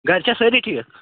گَرِ چھا سٲری ٹھیٖک